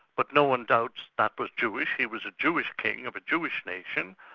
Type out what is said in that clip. but no-one doubts that was jewish, he was a jewish king of a jewish nation,